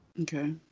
Okay